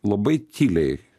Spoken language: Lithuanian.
labai tyliai